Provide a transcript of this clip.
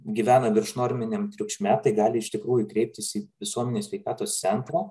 gyvena viršnorminiam triukšme tai gali iš tikrųjų kreiptis į visuomenės sveikatos centrą